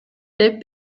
деп